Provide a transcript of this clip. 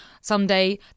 someday